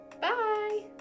Bye